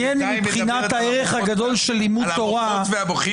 היא בינתיים מדברת על המוחות והמוחים.